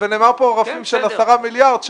ונאמר פה רפים של 10 מיליארד,